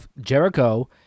Jericho